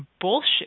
bullshit